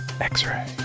X-Ray